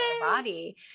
body